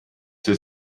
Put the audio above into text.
sie